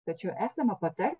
tačiau esama patar